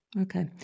Okay